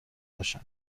باشم